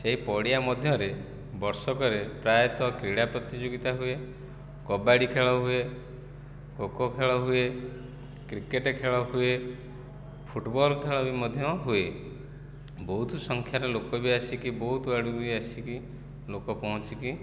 ସେହି ପଡ଼ିଆ ମଧ୍ୟରେ ବର୍ଷକରେ ପ୍ରାୟତଃ କ୍ରୀଡ଼ା ପ୍ରତିଯୋଗିତା ହୁଏ କବାଡ଼ି ଖେଳ ହୁଏ ଖୋକୋ ଖେଳ ହୁଏ କ୍ରିକେଟ ଖେଳ ହୁଏ ଫୁଟବଲ ଖେଳ ବି ମଧ୍ୟ ହୁଏ ବହୁତ ସଂଖ୍ୟାରେ ଲୋକ ବି ଆସିକି ବହୁତ ଆଡ଼ୁ ବି ଆସିକି ଲୋକ ପହଞ୍ଚିକି